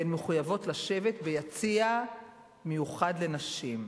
והן מחויבות לשבת ביציע מיוחד לנשים,